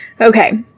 okay